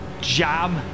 jam